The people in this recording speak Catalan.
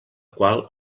qual